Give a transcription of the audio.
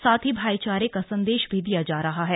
साथ ही भाईचारे का संदेश भी दिया जा रहा है